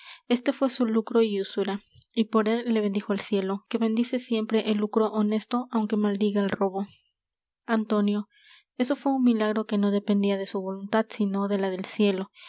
este fué su lucro y usura y por él le bendijo el cielo que bendice siempre el lucro honesto aunque maldiga el robo antonio eso fué un milagro que no dependia de su voluntad sino de la del cielo